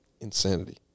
Insanity